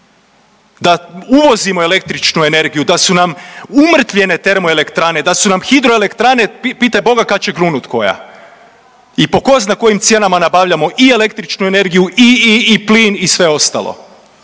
da uvozimo električnu energiju, da su nam umrtvljene termoelektrane, da su nam hidroelektrane pitaj Boga kad će grunut koja i po tko zna kojim cijenama nabavljamo i električnu energiju i plin i sve ostalo.